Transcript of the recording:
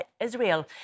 Israel